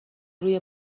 روی